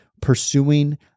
pursuing